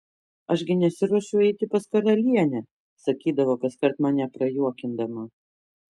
aš gi nesiruošiu eiti pas karalienę sakydavo kaskart mane prajuokindama